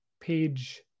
page